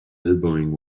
elbowing